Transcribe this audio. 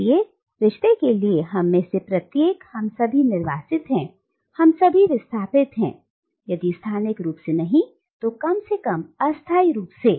इसलिए रिश्ते के लिए हम में से प्रत्येक हम सभी निर्वासित हैं हम सभी विस्थापित हैं यदि स्थानिक रूप से नहीं तो कम से कम अस्थाई रूप से